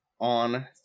on